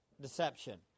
deception